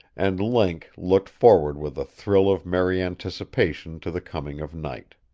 and link looked forward with a thrill of merry anticipation to the coming of night.